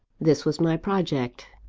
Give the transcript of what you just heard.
this was my project.